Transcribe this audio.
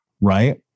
Right